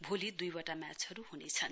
भोलि दुइवटा म्याचहरू हुनेछन्